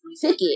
ticket